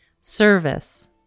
Service